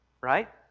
Right